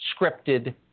scripted